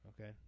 Okay